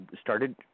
started